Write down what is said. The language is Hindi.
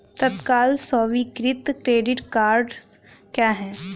तत्काल स्वीकृति क्रेडिट कार्डस क्या हैं?